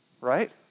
right